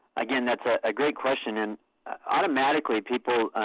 again, that's a great question. and automatically people